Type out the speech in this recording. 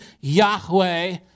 Yahweh